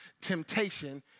temptation